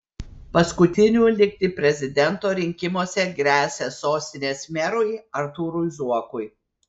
paskutiniu likti prezidento rinkimuose gresia sostinės merui artūrui zuokui